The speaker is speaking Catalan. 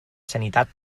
sanitat